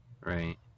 Right